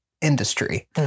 Industry